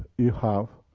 you have